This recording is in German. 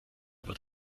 wird